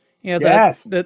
Yes